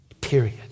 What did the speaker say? Period